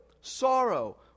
sorrow